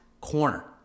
corner